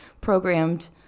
programmed